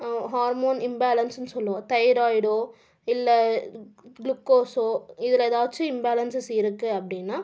hormone இம்பேலன்ஸ்னு சொல்வோம் தைராய்டோ இல்லை குளுக்கோஸோ இதில் ஏதாச்சும் இம்பேலன்ஸஸ் இருக்குது அப்படீன்னா